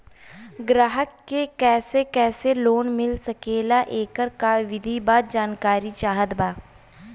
ग्राहक के कैसे कैसे लोन मिल सकेला येकर का विधि बा जानकारी चाहत बा?